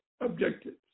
objectives